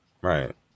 Right